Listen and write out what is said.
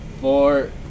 four